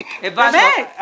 באמת.